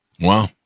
Wow